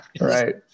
Right